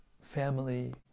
family